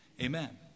Amen